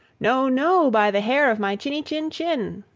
no, no, by the hair of my chinny chin chin.